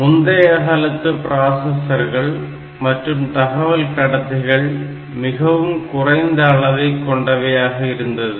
முந்தைய காலத்து பிராசஸர்கள் மற்றும் தகவல் கடத்திகள் மிகவும் குறைந்த அளவை கொண்டவையாக இருந்தது